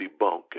debunk